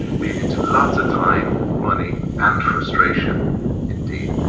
leading to lots of time, money, and frustration indeed.